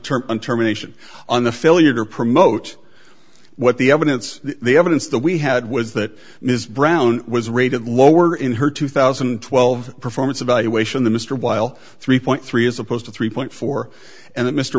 turn terminations on the failure to promote what the evidence the evidence that we had was that ms brown was rated lower in her two thousand and twelve performance evaluation the mr while three point three as opposed to three point four and